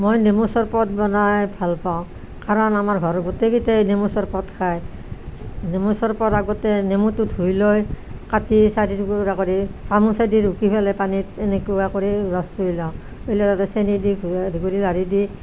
মই নেমু চৰপত বনাই ভাল পাওঁ কাৰণ আমাৰ ঘৰৰ গোটেই কেইটাই নেমু চৰপত খায় নেমু চৰবত আগতে নেমুটো ধুই লৈ কাটি চাৰি টুকুৰা কৰি চামুচেদি ৰুকি পেলাই পানীত এনেকুৱা কৰি ৰসটো ওলাওঁ ওলাওঁতে চেনি দি গুলি লাৰি দি